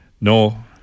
No